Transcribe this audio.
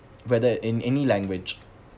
whether in any language